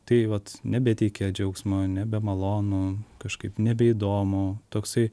tai vat nebeteikia džiaugsmo nebemalonu kažkaip nebeįdomu toksai